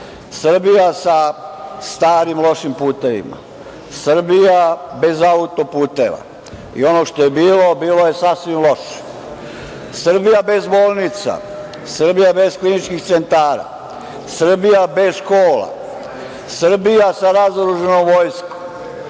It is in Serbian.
Srbija sa starim, lošim putevima, Srbija bez autoputeva, i ono što je bilo bilo je sasvim loše, Srbija bez bolnica, Srbija bez kliničkih centara, Srbija bez škola, Srbija sa razoružanom vojskom,